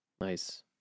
Nice